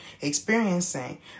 experiencing